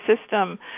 system